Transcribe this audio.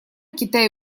китай